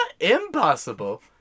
impossible